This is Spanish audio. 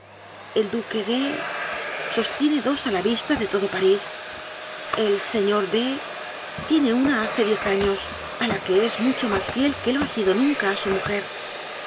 el duque de sostiene dos a la vista de todo pai'ís el señor de tiene una hace diez años a la que es mucho más fiel que lo ha sido nunca a su mujer